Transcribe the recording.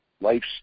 life's